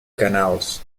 canals